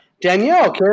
Danielle